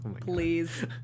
please